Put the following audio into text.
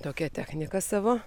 tokią techniką savo